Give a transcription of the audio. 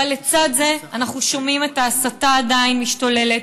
אבל לצד זה אנחנו שומעים את ההסתה עדיין משתוללת,